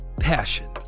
Passion